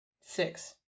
Six